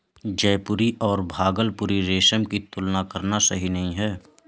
जयपुरी और भागलपुरी रेशम की तुलना करना सही नही है